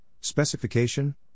Specification